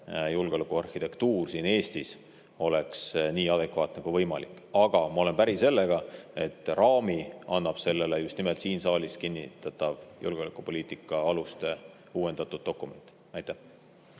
julgeolekuarhitektuur siin Eestis oleks nii adekvaatne kui võimalik. Aga ma olen päri sellega, et raami annab sellele just nimelt siin saalis kinnitatav julgeolekupoliitika aluste uuendatud dokument. Ja